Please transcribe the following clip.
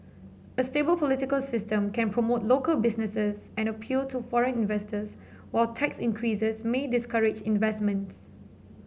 a stable political system can promote local businesses and appeal to foreign investors while tax increases may discourage investments